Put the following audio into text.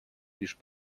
лишь